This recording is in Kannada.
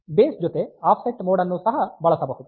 ಬೇಸ್ ಜೊತೆ ಆಫ್ಸೆಟ್ ಮೋಡ್ ಅನ್ನು ಸಹ ಬಳಸಬಹುದು